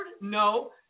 No